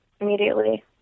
immediately